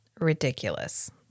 ridiculous